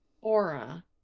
Aura